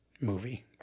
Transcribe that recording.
movie